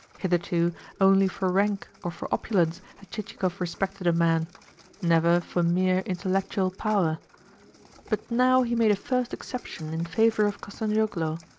hitherto only for rank or for opulence had chichikov respected a man never for mere intellectual power but now he made a first exception in favour of kostanzhoglo,